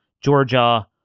Georgia